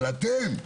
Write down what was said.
אבל אתם,